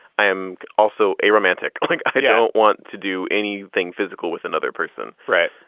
i am also a romantic. i think i don't want to do anything physical with another person. right.